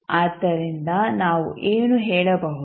ಆದ್ದರಿಂದ ನಾವು ಏನು ಹೇಳಬಹುದು